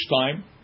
time